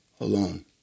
alone